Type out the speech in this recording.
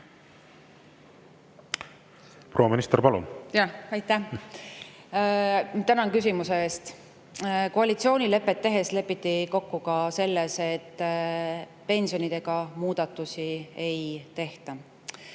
Proua minister, palun! Aitäh! Tänan küsimuse eest! Koalitsioonilepet tehes lepiti kokku ka selles, et pensionides muudatusi ei tehta.